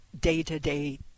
day-to-day